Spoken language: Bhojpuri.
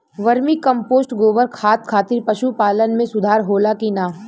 वर्मी कंपोस्ट गोबर खाद खातिर पशु पालन में सुधार होला कि न?